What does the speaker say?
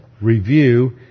review